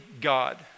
God